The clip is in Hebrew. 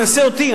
תנסה אותי.